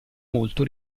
molto